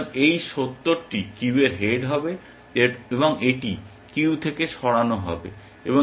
সুতরাং এই 70টি কিউয়ের হেড হবে এবং এটি কিউ থেকে সরানো হবে এবং এটির ভাইবোন যোগ করা হবে